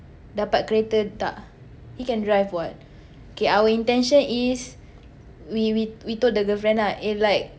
dapat kereta ke tak he can drive [what] okay our intention is we we we told the girlfriend ah eh like